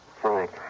Frank